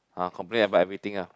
uh complain about everything ah